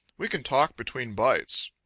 we can talk between bites.